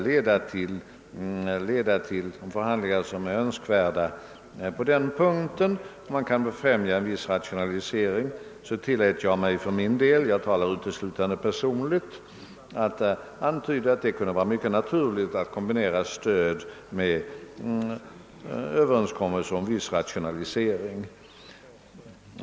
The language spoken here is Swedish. Beträffande vad de förhandlingar som är önskvärda kan leda till när det gäller att befrämja en viss rationalisering tillät jag mig för min del — jag talar uteslutande för min personliga del — att antyda att det kunde vara mycket naturligt att kombinera stöd med överenskommelse om viss rationalisering.